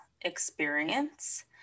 experience